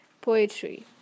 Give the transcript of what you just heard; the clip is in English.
poetry